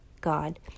God